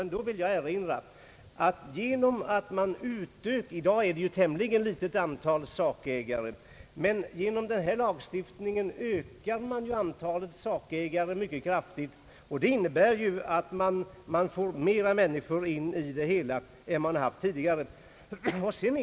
Antalet sakägare i de här aktuella målen är i dag tämligen få. Men jag vill erinra om att genom den nya lagstiftningen ökas antalet sakägare mycket kraftigt, vilket ju innebär att flera personer förs in i detta förfarande än som tidigare varit fallet.